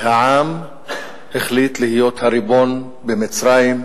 שהעם החליט להיות הריבון במצרים,